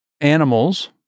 animals